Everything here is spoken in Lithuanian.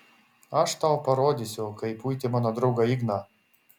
aš tau parodysiu kaip uiti mano draugą igną